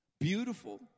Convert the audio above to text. beautiful